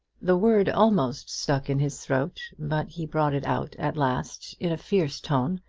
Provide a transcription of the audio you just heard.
the word almost stuck in his throat, but he brought it out at last in a fierce tone,